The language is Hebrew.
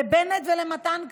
בנט ומתן כהנא,